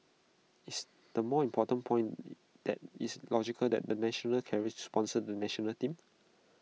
is the more important point that it's logical the the national carriers sponsor the National Team